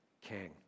king